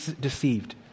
deceived